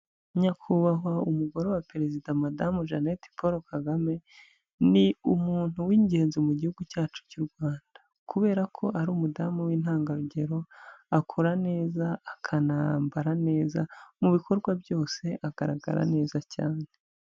Nyakubahwa umugore wa perezida madamu Jeannette Paul Kagame, ni umuntu w'ingenzi mu gihugu cyacu cy'u Rwanda, kubera ko ari umudamu w'intangarugero, akora neza, akanambara neza, mu bikorwa byose agaragara neza cyane.